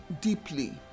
deeply